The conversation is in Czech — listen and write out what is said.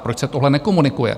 Proč se tohle nekomunikuje?